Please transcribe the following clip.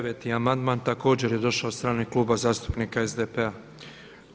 9. amandman također je došao od strane Kluba zastupnika SDP-a.